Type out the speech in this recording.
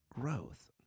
growth